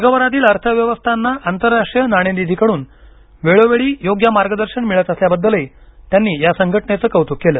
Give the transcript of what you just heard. जगभरातील अर्थव्यवस्थांना आंतरराष्ट्रीय नाणेनिधीकडून वेळोवेळी योग्य मार्गदर्शन मिळत असल्याबद्दलही त्यांनी या संघटनेचं कौतुक केलं